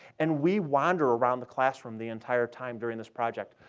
and we wander around the classroom the entire time during this project.